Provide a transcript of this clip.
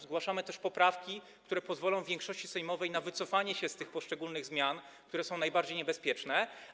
Zgłaszamy też poprawki, które pozwolą większości sejmowej na wycofanie się z tych poszczególnych zmian, które są najbardziej niebezpieczne.